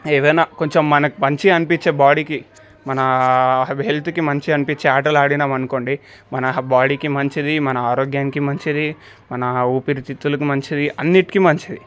ఏదైనా కొంచెం మనకి మంచిగా అనిపించే బాడీకి మన హెల్త్కి మంచిగా అనిపించే ఆటలాడాము అనుకోండి మన బాడీకి మంచిది మన ఆరోగ్యానికి మంచిది మన ఊపిరితిత్తులకు మంచిది అన్నిటికీ మంచిది